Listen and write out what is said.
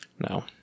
No